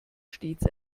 stets